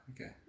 okay